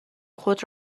خود